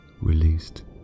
Released